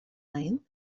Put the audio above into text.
length